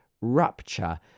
rupture